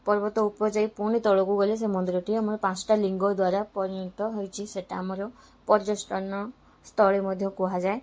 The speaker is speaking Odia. ପର୍ବତ ଉପରେ ଯାଇ ପୁଣି ତଳକୁ ଗଲେ ସେ ମନ୍ଦିରଟି ଆମର ପାଞ୍ଚଟା ଲିଙ୍ଗ ଦ୍ୱାରା ପରିଣତ ହେଇଛି ସେଇଟା ଆମର ପର୍ଯ୍ୟଟନ ସ୍ଥଳୀ ମଧ୍ୟ କୁହାଯାଏ